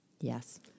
Yes